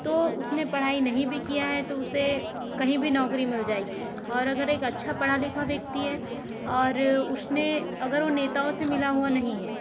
तो उसने पढ़ाई नहीं भी किया है तो उसे कहीं भी नौकरी मिल जाएगी और अगर एक अच्छा पढ़ा लिखा व्यक्ति है और उसने अगर वह नेताओं से मिला हुआ नहीं है